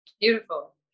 Beautiful